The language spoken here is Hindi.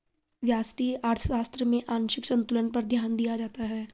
व्यष्टि अर्थशास्त्र में आंशिक संतुलन पर ध्यान दिया जाता है